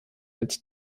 als